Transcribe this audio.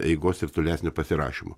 eigos ir tolesnio pasirašymo